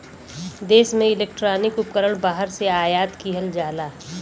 देश में इलेक्ट्रॉनिक उपकरण बाहर से आयात किहल जाला